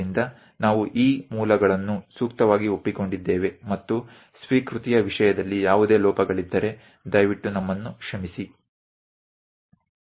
તેથી અમે આ સ્રોતોને યોગ્ય રીતે સ્વીકારેલ છે અને જો સ્વીકૃતિની બાબતમાં કોઈ ભૂલ છે તો કૃપા કરીને અમને માફ કરવા વિનંતી